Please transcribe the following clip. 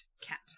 cat